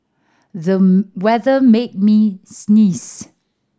them weather made me sneeze